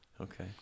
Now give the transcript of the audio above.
Okay